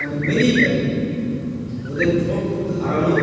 মানে মেরেই ফেলে ওদের ঠোঁট খুব ধারালো